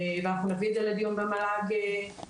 ואנחנו נביא את זה לדיון במל"ג בהקדם.